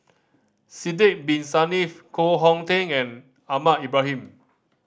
Sidek Bin Saniff Koh Hong Teng and Ahmad Ibrahim